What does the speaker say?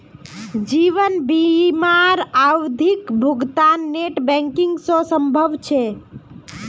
जीवन बीमार आवधिक भुग्तान नेट बैंकिंग से संभव छे?